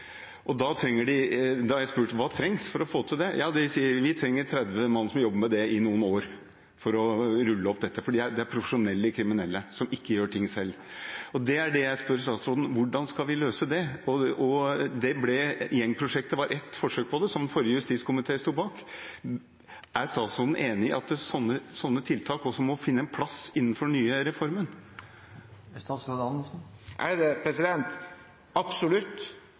Da har jeg spurt: Hva trengs for å få til det, og de sier: Vi trenger 30 mann som jobber med det i noen år, for å rulle opp dette, for dette er profesjonelle kriminelle som ikke gjør ting selv. Det er det jeg spør statsråden om: Hvordan skal vi løse det? Gjengprosjektet var ett forsøk på det, som forrige justiskomité sto bak. Er statsråden enig i at sånne tiltak også må finne en plass innenfor den nye reformen?